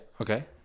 okay